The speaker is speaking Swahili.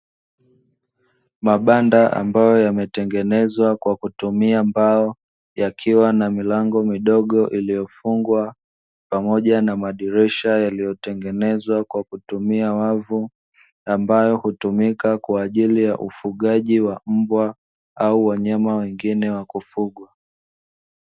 Mabanda ambayo yametengenezwa kwa kutumia mbao yakiwa na milango midogo iliyofungwa, pamoja na madirisha yaliyotengenezwa kwa kutumia wavu, ambayo hutumika kwa ajili ya ufugaji wa mbwa au wanyama wengine wa kufugwa.